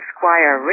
Squire